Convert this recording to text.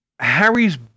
Harry's